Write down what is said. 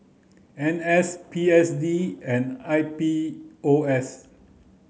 N S P S D and I P O S